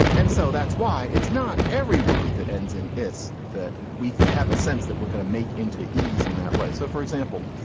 and so that's why it's not every word that ends in s that we have a sense that we're going to make into e's in that way. so, for example,